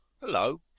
Hello